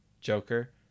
Joker